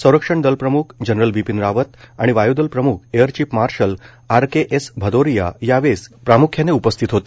संरक्षण दल प्रमुख जनरल बिपीन रावत आणि वायूदल प्रम्ख air chief marshal R K S Bhadauria यावेळी उपस्थित होते